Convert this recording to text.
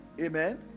Amen